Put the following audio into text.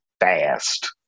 fast